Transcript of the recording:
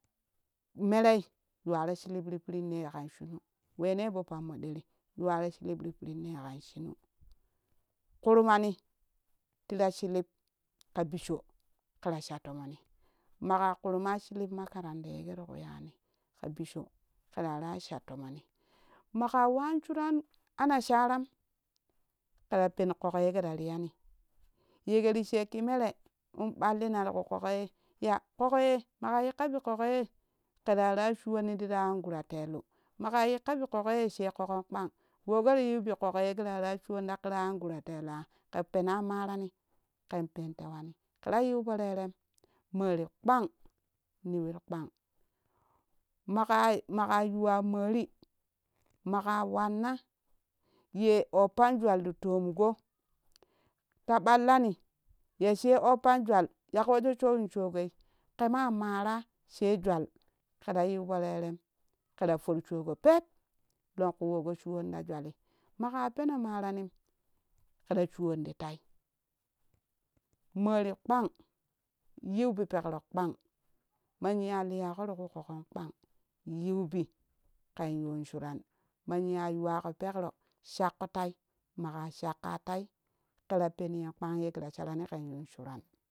Merei yuwaro shilib ti piiren ne kan shunu wee ne po pam mo ɗeri yuwaro shilib ti puren ne kan sunu kurmani tira shilip ka bisho kera sha lommoni maka kurma shilip makaranda ye ke riku yani ka bisho ke rara sha tomoni maka wan suran ana sharam kera pen kolko ye ka ra riyani yege ti shekki mere in ɓallina ti kuh ƙoƙoi ya ƙoƙoi makha yikka bi ƙoƙoye ke rara shuwoni tira angura telu makha yikka bi ƙoƙoye she ƙoƙon kpan wo keri yiu bi ƙoƙoye ke rara shuwoni ti ra kira angure teluah? Ƙe pena marani ken pen tewani kera yiu porerem mori kpan niwit kpan makayi maka yuwa mori maƙa wanna ye oppanjwal ti tomgo ta ɓallani ye she oppanjwal yaƙe wejo showin shogoi ƙema mara she jwal ƙera yiu porerem ƙera forshogo peb lonku yo go shuwan ta jwalli maƙa peno maranim ƙera shuwon titai mori kpan yiu be pekkiro kpan maniyo liyako tiku ƙoƙon kpan yiu bi ken yun suran ma niya yawaƙ pekkiro shakko tai maƙa shakka tei ƙera pen yen kpan ye kera sharani ƙen yun suran